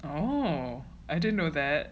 oh I didn't know that